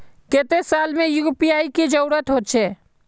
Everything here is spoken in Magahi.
केते साल में यु.पी.आई के जरुरत होचे?